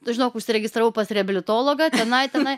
tu žinok užsiregistravau pas reabilitologą tenai tenai